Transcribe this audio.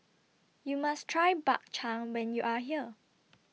YOU must Try Bak Chang when YOU Are here